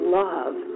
love